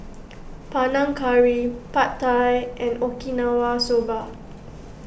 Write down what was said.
Panang Curry Pad Thai and Okinawa Soba